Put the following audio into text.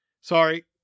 Sorry